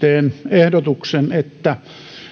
ehdotuksen että